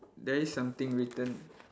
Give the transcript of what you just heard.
there is something written